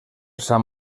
sant